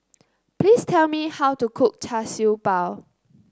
please tell me how to cook Char Siew Bao